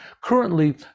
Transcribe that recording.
Currently